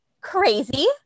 Crazy